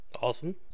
Awesome